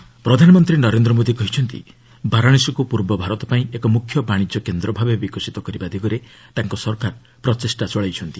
PM Varanasi ପ୍ରଧାନମନ୍ତ୍ରୀ ନରେନ୍ଦ୍ର ମୋଦି କହିଛନ୍ତି ବାରାଣସୀକୁ ପୂର୍ବ ଭାରତ ପାଇଁ ଏକ ମୁଖ୍ୟ ବାଣିଜ୍ୟ କେନ୍ଦ୍ର ଭାବେ ବିକଶିତ କରିବା ଦିଗରେ ତାଙ୍କ ସରକାର ପ୍ରଚେଷ୍ଟା ଚଳାଇଛନ୍ତି